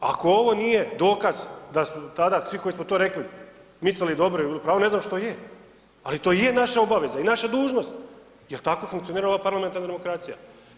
Ako ovo nije dokaz da smo tada svi koji smo to rekli mislili dobro i u pravu, ne znam što je, ali to i je naša obaveza i naša dužnost jer tako funkcionira ova parlamentarna demokracija.